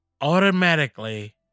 automatically